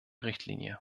richtlinie